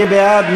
מי בעד?